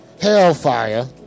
Hellfire